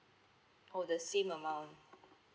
oh the same amount